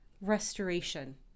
restoration